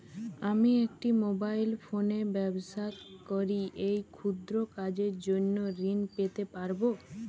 আমি একটি মোবাইল ফোনে ব্যবসা করি এই ক্ষুদ্র কাজের জন্য ঋণ পেতে পারব?